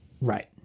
Right